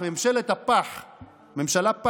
ממשלת הפח נשברה,